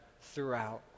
throughout